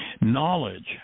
knowledge